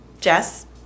Jess